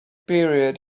period